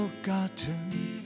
forgotten